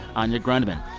anya grundmann.